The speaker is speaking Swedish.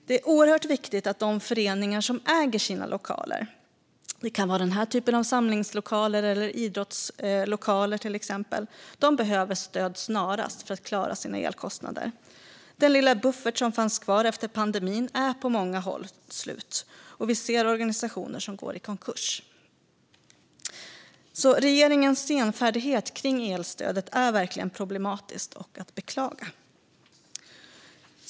Det är oerhört viktigt att de föreningar som äger sina lokaler - det kan vara denna typ av samlingslokaler eller idrottslokaler, till exempel - snarast får stöd så att de klarar sina elkostnader. Den lilla buffert som fanns kvar efter pandemin är på många håll slut, och vi ser organisationer som går i konkurs. Regeringens senfärdighet kring elstödet är verkligen problematisk och att beklaga.